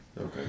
Okay